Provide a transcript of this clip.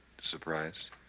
surprised